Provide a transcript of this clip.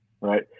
Right